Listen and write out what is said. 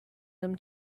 them